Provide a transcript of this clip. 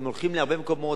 הם הולכים להרבה מקומות.